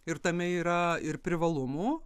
ir tame yra ir privalumų